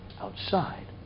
outside